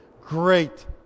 great